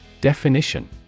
Definition